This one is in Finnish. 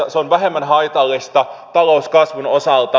se on vähemmän haitallista talouskasvun osalta